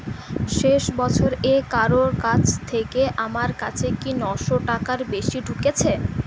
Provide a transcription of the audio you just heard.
শেষ বছর এ কারো কাছ থেকে আমার কাছে কি নশো টাকার বেশি ঢুকেছে